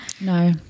no